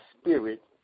spirit